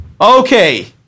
okay